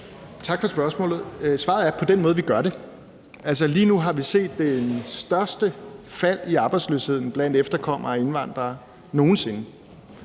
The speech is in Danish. Tak for spørgsmålet. Svaret er: På den måde, vi gør det. Lige nu har vi set det største fald i arbejdsløsheden blandt efterkommere af indvandrere nogen sinde.